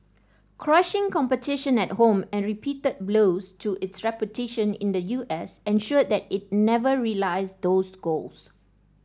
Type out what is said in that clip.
crushing competition at home and repeated blows to its reputation in the U S ensured that it never realised those goals